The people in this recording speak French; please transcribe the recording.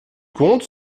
compte